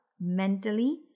mentally